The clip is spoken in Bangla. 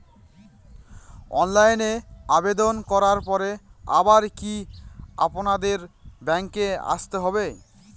অনলাইনে আবেদন করার পরে আবার কি আপনাদের ব্যাঙ্কে আসতে হবে?